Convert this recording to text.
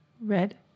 Red